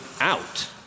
out